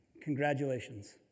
Congratulations